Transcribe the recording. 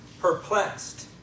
perplexed